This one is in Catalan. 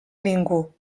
ningú